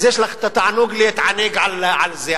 אז יש לך התענוג להתענג על זה.